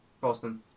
Boston